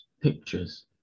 pictures